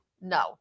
no